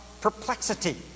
perplexity